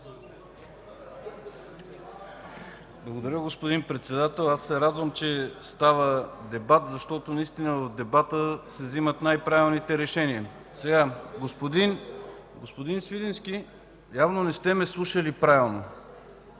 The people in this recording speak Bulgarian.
Благодаря, господин Председател. Радвам се, че става дебат, защото наистина в дебата се взимат най-правилните решения. Господин Свиленски, явно не сте ме слушали правилно.